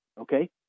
Okay